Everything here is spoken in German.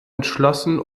entschlossen